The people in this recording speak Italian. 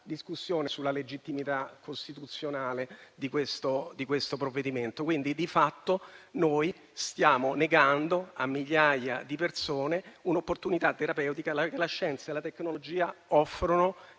sulla legittimità costituzionale del provvedimento. Di fatto, stiamo negando a migliaia di persone un'opportunità terapeutica che la scienza e la tecnologia offrono